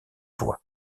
voie